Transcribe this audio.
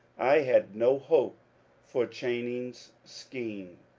i had no hope for chauning's scheme,